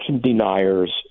deniers